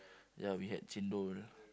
ya we had chendol